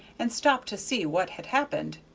and stopped to see what had happened.